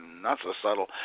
not-so-subtle